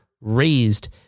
raised